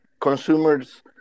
consumer's